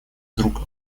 вдруг